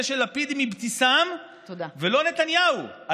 של לפיד עם אבתיסאם ולא עם נתניהו.